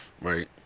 Right